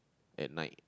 at night